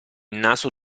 naso